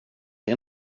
det